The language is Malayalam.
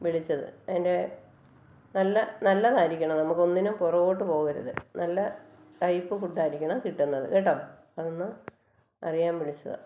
വിളിച്ചത് അതിൻ്റെ നല്ല നല്ലതായിരിക്കണം നമുക്കൊന്നിനും പുറകോട്ട് പോകരുത് നല്ല ടൈപ് ഫുഡായിരിക്കണം കിട്ടുന്നത് കേട്ടോ അതൊന്ന് അറിയാൻ വിളിച്ചതാണ്